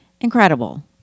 Incredible